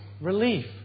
relief